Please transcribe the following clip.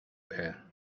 there